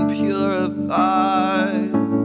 purified